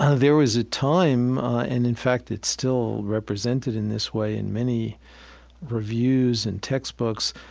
ah there was a time, and in fact it's still represented in this way in many reviews and textbooks,